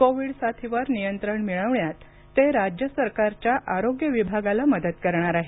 Covid साथीवर नियंत्रण मिळवण्यात ते राज्य सरकारच्या आरोग्य विभागाला मदत करणार आहेत